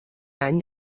any